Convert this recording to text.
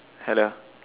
hello